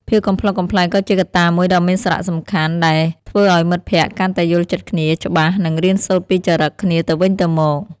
ភាពកំប្លុកកំប្លែងក៏ជាកត្តាមួយដ៏មានសារៈសំខាន់ដែលធ្វើឱ្យមិត្តភក្តិកាន់តែយល់ចិត្តគ្នាច្បាស់និងរៀនសូត្រពីចរិតរបស់គ្នាទៅវិញទៅមក។